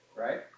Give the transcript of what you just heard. right